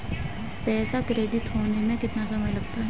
पैसा क्रेडिट होने में कितना समय लगता है?